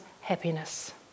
happiness